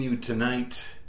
tonight